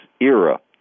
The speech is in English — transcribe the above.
era